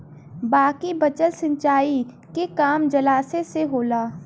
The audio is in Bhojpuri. बाकी बचल सिंचाई के काम जलाशय से होला